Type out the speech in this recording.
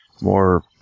more